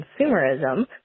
consumerism